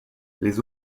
les